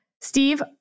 Steve